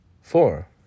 Four